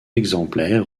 exemplaire